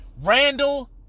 Randall